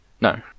No